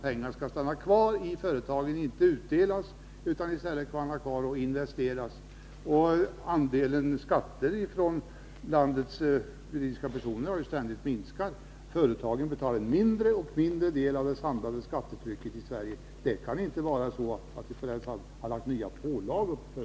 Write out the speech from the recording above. Pengarna skall alltså inte delas ut utan användas till investeringar. Andelen skatter från landets juridiska personer har ständigt minskat, och företagen betalar en allt mindre del av de sammantagna skatterna i Sverige. Det kan, Erik Hovhammar, inte vara ett sätt att ge företagsamheten nya pålagor.